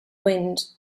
wind